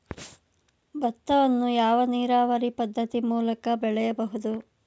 ಭತ್ತವನ್ನು ಯಾವ ನೀರಾವರಿ ಪದ್ಧತಿ ಮೂಲಕ ಬೆಳೆಯಬಹುದು?